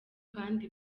kandi